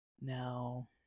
Now